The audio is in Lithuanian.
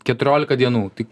keturiolika dienų tai